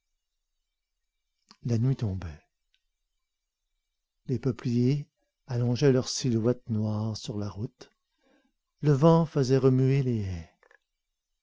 la nuit tombait les peupliers allongeaient leurs silhouettes noires sur la route le vent faisait remuer les